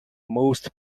most